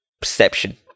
perception